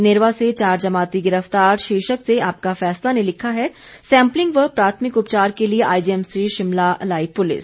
नेरवा से चार जमाती गिरफ्तार शीर्षक से आप का फैसला ने लिखा है सैंपलिंग व प्राथमिक उपचार के लिए आईजीएमसी शिमला लाई पुलिस